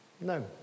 No